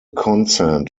consent